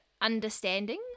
understanding